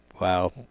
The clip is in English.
Wow